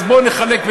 אז בואו נחלק,